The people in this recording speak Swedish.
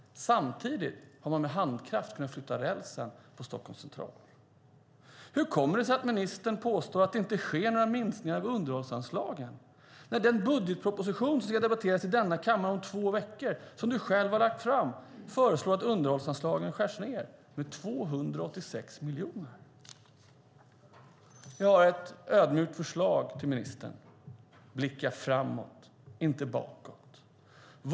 Samtidigt har man med handkraft kunnat lyfta rälsen på Stockholms central. Hur kommer det sig att ministern påstår att det inte sker några minskningar av underhållsanslagen när den budgetproposition som ska debatteras i denna kammare om två veckor, som du själv har lagt fram, föreslår att underhållsanslagen skärs ned med 286 miljoner? Jag har ett ödmjukt förslag till ministern: Blicka framåt, inte bakåt!